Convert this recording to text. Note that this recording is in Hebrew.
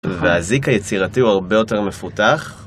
והזיק היצירתי הוא הרבה יותר מפותח